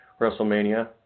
WrestleMania